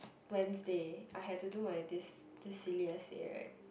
Wednesday I had to do my this this silly essay right